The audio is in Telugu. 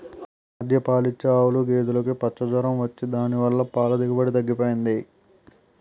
ఈ మధ్య పాలిచ్చే ఆవులు, గేదులుకి పచ్చ జొరం వచ్చి దాని వల్ల పాల దిగుబడి తగ్గిపోయింది